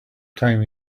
time